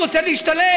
הוא רוצה להשתלב,